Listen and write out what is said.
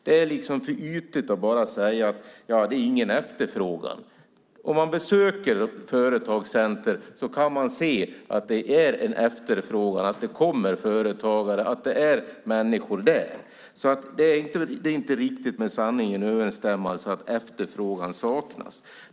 Det är för ytligt att bara säga att det inte är någon efterfrågan. Om man besöker ett företagscenter kan man se att det är en efterfrågan, att det kommer företagare och att det är människor där. Det är alltså inte med sanningen överensstämmande att efterfrågan saknas.